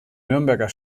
nürnberger